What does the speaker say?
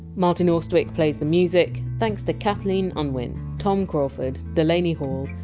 martin austwick plays the music. thanks to kathleen unwin, tom crawford, delaney hall,